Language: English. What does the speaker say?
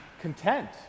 content